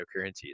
cryptocurrencies